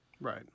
Right